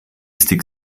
stick